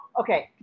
okay